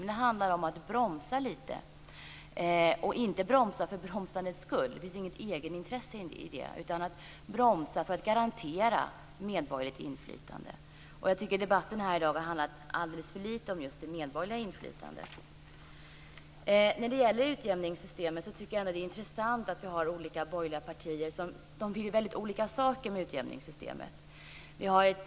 Men det handlar om att bromsa lite grann och att inte bromsa för bromsandets skull. Det finns inget egenintresse i det. Utan det handlar om att bromsa för att man ska garantera medborgerligt inflytande. Jag tycker att debatten här i dag alldeles för lite har handlat om just det medborgerliga inflytandet. Det är intressant att de olika borgerliga partierna vill väldigt olika saker vad gäller utjämningssystemet.